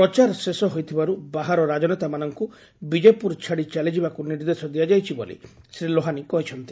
ପ୍ରଚାର ଶେଷ ହୋଇଥିବାରୁ ବାହାର ରାଜନେତା ମାନଙ୍ଙୁ ବିଜେପୁର ଛାଡି ଚାଲିଯିବାକୁ ନିର୍ଦ୍ଦେଶ ଦିଆଯାଇଛି ବୋଲି ଶ୍ରୀ ଲୋହାନି କହିଛନ୍ତି